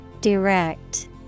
Direct